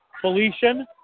Felician